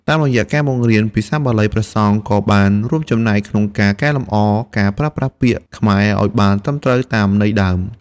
តាមរយៈការបង្រៀនភាសាបាលី ព្រះសង្ឃក៏បានរួមចំណែកក្នុងការកែលម្អការប្រើប្រាស់ពាក្យខ្មែរឱ្យបានត្រឹមត្រូវតាមន័យដើម។